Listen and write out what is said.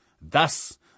Thus